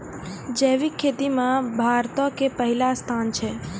जैविक खेती मे भारतो के पहिला स्थान छै